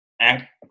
act